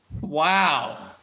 Wow